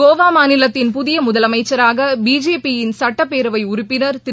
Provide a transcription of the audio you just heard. கோவா மாநிலத்தின் புதிய முதலமைச்சராக பிஜேபியின் சட்டப்பேரவை உறுப்பின் திரு